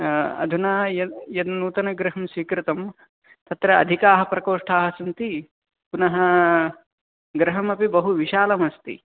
अधुना यद् यन्नूतनगृहं स्वीकृतं तत्र अधिकाः प्रकोष्ठाः सन्ति पुनः गृहमपि बहु विशालमस्ति